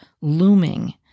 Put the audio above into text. looming